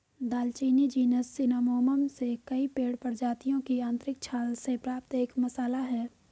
दालचीनी जीनस सिनामोमम से कई पेड़ प्रजातियों की आंतरिक छाल से प्राप्त एक मसाला है